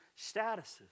statuses